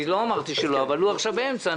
הוא עכשיו באמצע.